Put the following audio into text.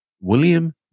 William